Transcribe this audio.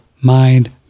mind